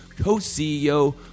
co-CEO